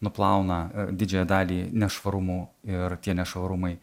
nuplauna didžiąją dalį nešvarumų ir tie nešvarumai